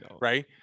right